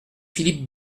philippe